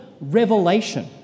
revelation